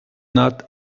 not